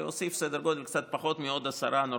להוסיף סדר גודל של קצת פחות מעוד עשרה נורבגים.